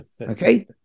Okay